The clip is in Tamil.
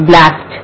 BLAST